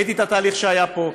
ראיתי את התהליך שהיה פה: